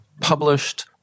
published